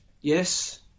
Yes